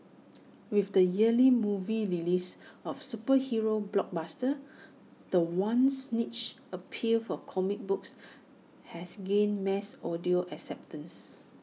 with the yearly movie releases of superhero blockbusters the once niche appeal for comic books has gained mass acceptance